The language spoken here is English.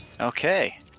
Okay